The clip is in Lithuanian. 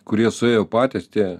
kurie suėjo patys tie